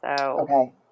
Okay